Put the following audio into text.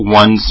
one